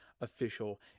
official